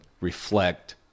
reflect